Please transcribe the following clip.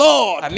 Lord